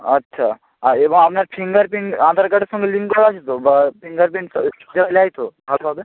আচ্ছা আর এবার আপনার ফিঙ্গার পিন আধার কার্ডের সঙ্গে লিঙ্ক করা আছে তো বা ফিঙ্গার প্রিন্ট নেয় তো ভালোভাবে